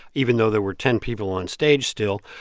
even though there were ten people on stage still,